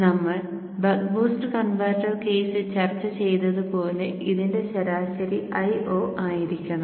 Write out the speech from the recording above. നമ്മൾ buck boost converter കേസിൽ ചർച്ച ചെയ്തതുപോലെ ഇതിന്റെ ശരാശരി Io ആയിരിക്കണം